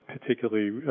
particularly